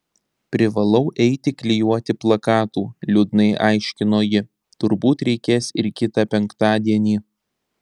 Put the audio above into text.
privalau eiti klijuoti plakatų liūdnai aiškino ji turbūt reikės ir kitą penktadienį